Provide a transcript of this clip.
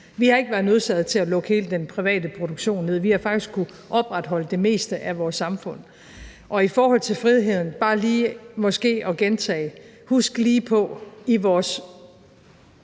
vi har ikke været nødsaget til at lukke hele den private produktion ned; vi har faktisk kunnet opretholde det meste af vores samfund. Og i forhold til friheden – bare lige for måske at gentage: Husk lige på – i vores